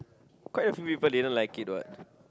quite of people didn't like it what